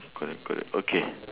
correct correct okay